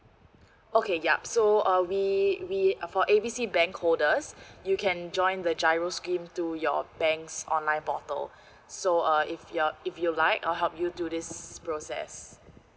okay ya so uh we we uh for A B C bank holders you can join the giro scheme through your bank's online portal so uh if you're if you like I'll help you do this process